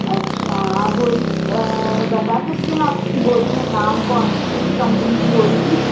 अच्छा आप बोरी क बता सकते हैं आपकी बोरी में नाम कौन किस कम्पनी की बोरी थी